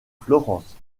florence